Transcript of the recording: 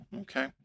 okay